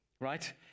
right